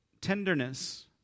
tenderness